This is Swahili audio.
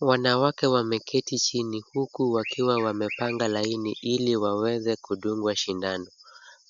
Wanawake wameketi chini huku wakiwa wamepanga laini ili waweze kudungwa sindano.